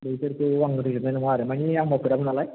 बेफोरखौ आं रोंनाय नङा आरो माने आं मावफेराबो नालाय